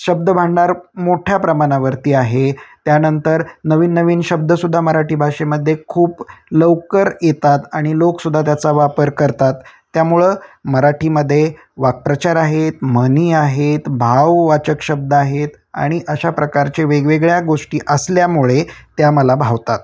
शब्दभांडार मोठ्या प्रमाणावरती आहे त्यानंतर नवीन नवीन शब्दसुद्धा मराठी भाषेमध्ये खूप लवकर येतात आणि लोकसुद्धा त्याचा वापर करतात त्यामुळं मराठीमध्ये वाक्प्रचार आहेत म्हणी आहेत भाववाचक शब्द आहेत आणि अशा प्रकारचे वेगवेगळ्या गोष्टी असल्यामुळे त्या मला भावतात